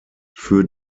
für